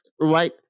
right